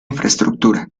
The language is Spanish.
infraestructura